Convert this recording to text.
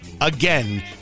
again